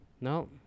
No